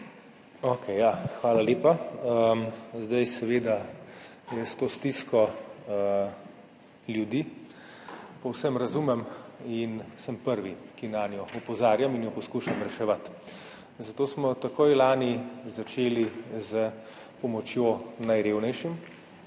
Hvala lepa. Jaz to stisko ljudi povsem razumem in sem prvi, ki nanjo opozarjam in jo poskušam reševati, zato smo takoj lani začeli s pomočjo najrevnejšim.